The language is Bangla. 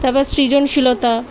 তারপর সৃজনশীলতা